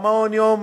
מעון יום,